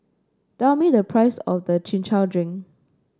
tell me the price of the Chin Chow Drink